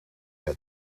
met